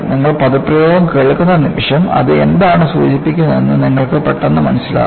നിങ്ങൾ പദപ്രയോഗം കേൾക്കുന്ന നിമിഷം അത് എന്താണ് സൂചിപ്പിക്കുന്നതെന്ന് നിങ്ങൾക്ക് പെട്ടെന്ന് മനസ്സിലാകും